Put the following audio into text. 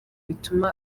bituma